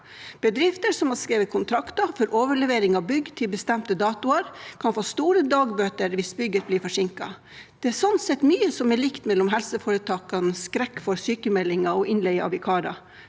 Bedrifter som har skrevet kontrakter for overlevering av bygg til bestemte datoer, kan få store dagbøter hvis bygget blir forsinket. Det er sånn sett mye som er likt mellom helseforetakenes skrekk for sykemeldinger og innleie av vikarer,